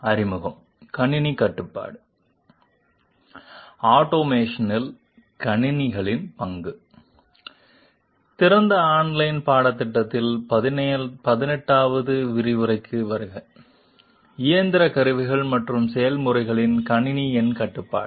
அறிமுகம் கணினி கட்டுப்பாடு ஆட்டோமேஷனில் கணினிகளின் பங்கு திறந்த ஆன்லைன் பாடத்திட்டத்தில் 18 வது விரிவுரைக்கு வருக இயந்திர கருவிகள் மற்றும் செயல்முறைகளின் கணினி எண் கட்டுப்பாடு